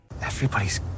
Everybody's